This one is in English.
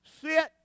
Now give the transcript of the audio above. sit